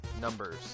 numbers